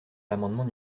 l’amendement